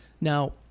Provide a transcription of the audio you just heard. now